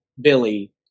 Billy